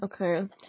okay